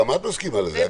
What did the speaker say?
(היו"ר יעקב אשר, 11:47) גם את מסכימה לזה.